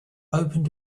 opened